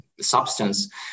substance